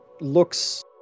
looks